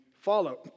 follow